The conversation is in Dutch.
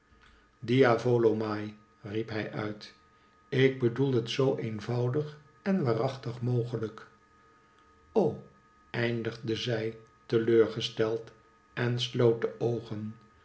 diavolo mai riep hij uit ik bedoel het zoo eenvoudig en waarachtig mogelijk o eindigde zij teleurgesteld en sloot de oogen